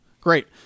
great